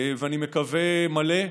ואני מקווה מלא,